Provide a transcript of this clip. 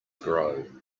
grow